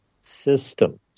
systems